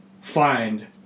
Find